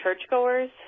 churchgoers